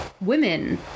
women